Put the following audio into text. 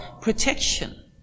protection